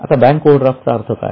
आता बँक ओवरड्राफ्टचा अर्थ काय